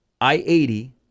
I-80